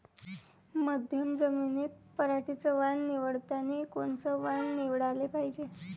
मध्यम जमीनीत पराटीचं वान निवडतानी कोनचं वान निवडाले पायजे?